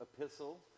epistle